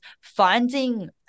finding